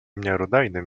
miarodajnym